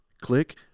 click